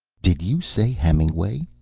did you say hemingway?